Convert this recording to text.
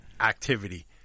activity